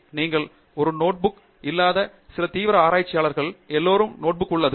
நீங்கள் ஒரு நோட்புக் இல்லாத சில தீவிர ஆராய்ச்சியாளர்கள் எல்லோருக்கும் நோட்புக் உள்ளது